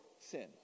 sin